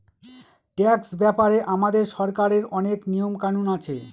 tax ব্যাপারে আমাদের সরকারের অনেক নিয়ম কানুন আছে